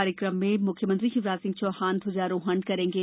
कार्यक्रम में मुख्यमंत्री शिवराज सिंह चौहान ध्वजारोहण करेंगे